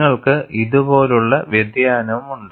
നിങ്ങൾക്ക് ഇതുപോലുള്ള വ്യതിയാനമുണ്ട്